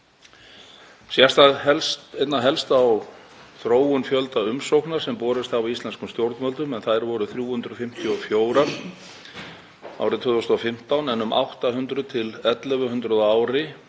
Sést það einna helst á þróun fjölda umsókna sem borist hafa íslenskum stjórnvöldum en þær voru 354 árið 2015 en um 800–1.100 á